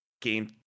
game